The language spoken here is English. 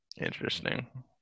Interesting